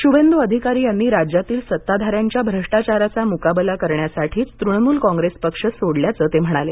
शुवेंद् अधिकारी यांनी राज्यातील सत्ताधाऱ्यांच्या भ्रष्टाचाराचा मुकाबला करण्यासाठीच तृणमूल कांग्रेस पक्ष सोडल्याचा ते म्हणाले